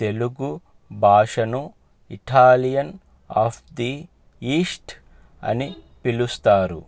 తెలుగు భాషను Italian of the east అని పిలుస్తారు